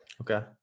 Okay